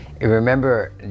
remember